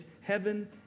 heaven